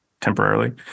temporarily